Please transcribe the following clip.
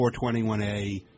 421A